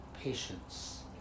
patience